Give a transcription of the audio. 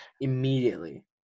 immediately